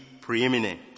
preeminent